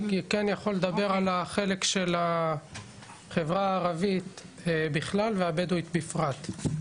אני כן יכול לדבר על החלק של החברה הערבית בכלל והבדואית בפרט.